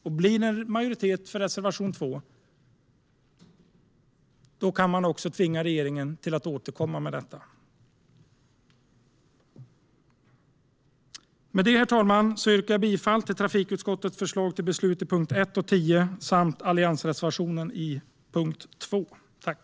Om det blir en majoritet för reservation 2 kan vi tvinga regeringen att återkomma i frågan. Herr talman! Jag yrkar bifall till trafikutskottets förslag till beslut under punkt 1 och punkt 10 samt till alliansreservationen 2 under punkt 2.